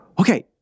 Okay